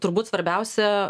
turbūt svarbiausia